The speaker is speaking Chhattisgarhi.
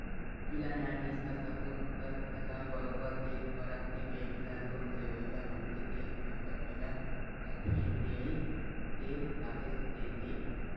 जिला न्यायधीस ह सब्बो तथ्य ल बरोबर देख परख के बेंक ल लोन लेवइया मनखे के संपत्ति ल हथितेये के आदेश देथे